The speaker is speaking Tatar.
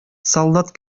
солдат